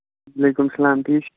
وعلیکُم سَلام ٹھیٖک چھُو